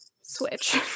switch